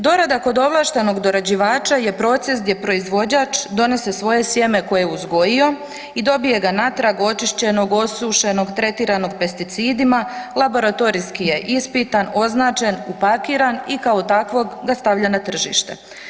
Dorada kod ovlaštenog dorađivača je proces gdje proizvođač donese svoje sjeme koje je uzgojio i dobije ga natrag očišćenog, osušenog, tretiranog pesticidima, laboratorijski je ispitan, označen, upakiran i kao takvog ga stavlja na tržište.